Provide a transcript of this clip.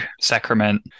Sacrament